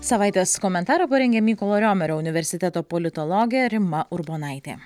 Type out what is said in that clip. savaitės komentarą parengė mykolo romerio universiteto politologė rima urbonaitė